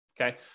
Okay